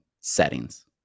settings